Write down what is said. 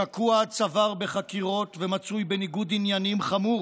שקוע עד צוואר בחקירות ומצוי בניגוד עניינים חמור.